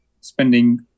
spending